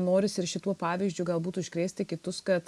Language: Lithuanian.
norisi ir šituo pavyzdžiu galbūt užkrėsti kitus kad